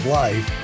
life